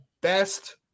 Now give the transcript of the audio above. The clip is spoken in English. best